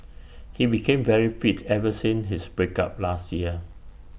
he became very fit ever since his break up last year